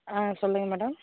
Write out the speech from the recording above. ஆ சொல்லுங்கள் மேடம்